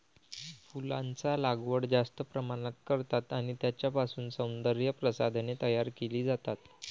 फुलांचा लागवड जास्त प्रमाणात करतात आणि त्यांच्यापासून सौंदर्य प्रसाधने तयार केली जातात